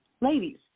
Ladies